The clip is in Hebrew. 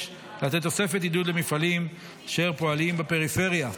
לתת תוספת עידוד למפעלים אשר פועלים בפריפריה.